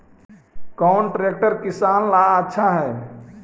कौन ट्रैक्टर किसान ला आछा है?